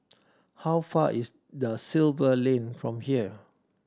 how far is the Silva Lane from here